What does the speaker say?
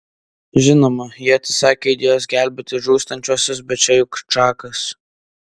žinoma ji atsisakė idėjos gelbėti žūstančiuosius bet čia juk čakas